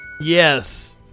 Yes